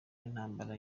n’intambara